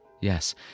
Yes